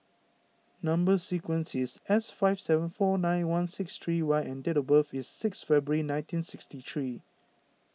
Number Sequence is S five seven four nine one six three Y and date of birth is six February nineteen sixty three